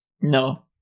No